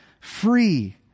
free